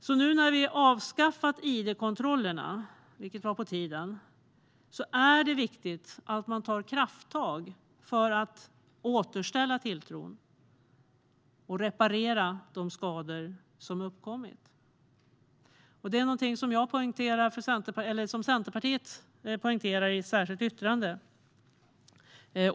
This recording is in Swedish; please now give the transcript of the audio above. När vi nu har avskaffat id-kontrollerna, vilket var på tiden, är det viktigt att man tar krafttag för att återställa tilltron och reparera de skador som har uppkommit. Detta är något som Centerpartiet poängterar i ett särskilt yttrande.